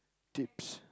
tips